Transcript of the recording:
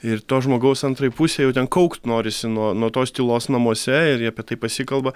ir to žmogaus antrai pusei ten kaukt norisi nuo nuo tos tylos namuose ir jie apie tai pasikalba